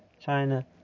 china